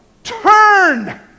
turn